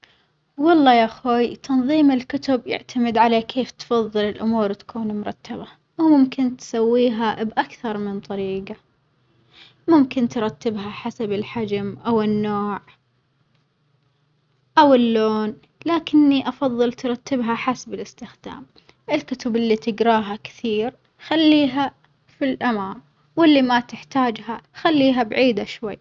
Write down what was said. والله ياخوي تنظيم الكتب يعتمد على كيف تفظل الأمور تكون مرتبة، وومكن تسويها بأكثر من طريجة ممكن تلاتبها حسب الحجم أو النوع أو اللون، لكني أفظل ترتبها حسب الإستخدام، الكتب اللي تجراها كثير خليها في الأمام، واللي ما تحتاجها خليها بعيدة شوي.